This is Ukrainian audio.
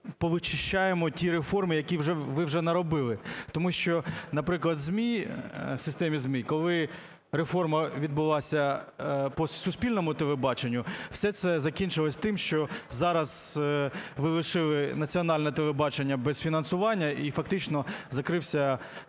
і повичищаємо ті реформи, які ви вже наробили. Тому що, наприклад, ЗМІ, в системі ЗМІ, коли реформа відбулася по суспільному телебаченню, все це закінчилося тим, що зараз залишили Національне телебачення без фінансування і фактично закрився